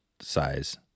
size